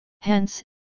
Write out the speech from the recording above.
Hence